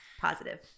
positive